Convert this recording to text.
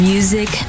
Music